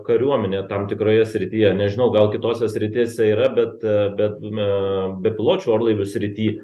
kariuomenė tam tikroje srityje nežinau gal kitose srityse yra bet bet na bepiločių orlaivių srity